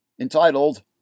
entitled